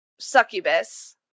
Succubus